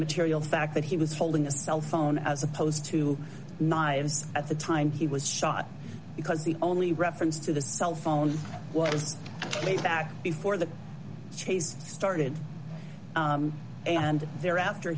material fact that he was holding a cell phone as opposed to knives at the time he was shot because the only reference to the cell phone was way back before the chase started and thereafter